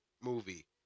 movie